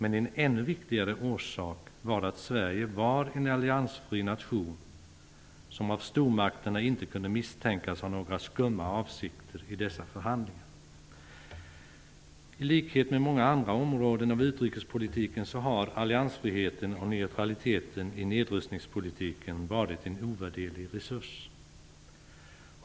En ännu viktigare orsak var att Sverige var en alliansfri nation som av stormakterna inte kunde misstänkas ha några skumma avsikter i dessa förhandlingar. I likhet med många andra områden av utrikespolitiken har alliansfriheten och neutraliteten i nedrustningspolitiken varit en ovärderlig resurs.